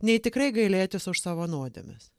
nei tikrai gailėtis už savo nuodėmes